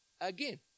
again